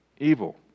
evil